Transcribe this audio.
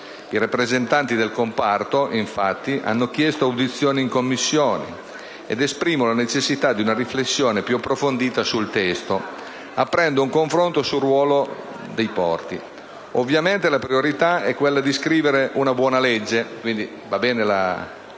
I rappresentanti del comparto hanno infatti chiesto audizioni in Commissione ed esprimono la necessità di una riflessione più approfondita sul testo, aprendo un confronto sul ruolo dei porti. Ovviamente la priorità è quella di scrivere una buona legge. Vanno bene